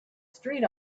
street